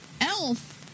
Elf